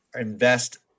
invest